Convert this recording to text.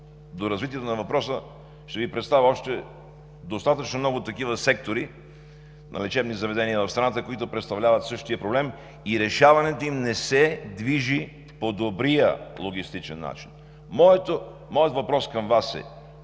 До развитието на въпроса ще Ви представя още достатъчно много такива сектори на лечебни заведения в страната, които представляват същия проблем и решаването им не се движи по добрия логистичен начин. Моят въпрос към Вас е,